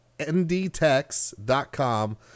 ndtex.com